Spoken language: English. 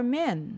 men